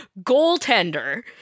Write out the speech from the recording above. goaltender